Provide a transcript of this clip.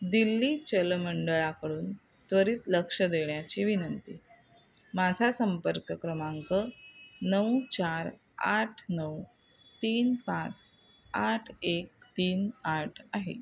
दिल्ली जलमंडळाकडून त्वरित लक्ष देण्याची विनंती माझा संपर्क क्रमांक नऊ चार आठ नऊ तीन पाच आठ एक तीन आठ आहे